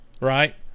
right